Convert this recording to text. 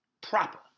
proper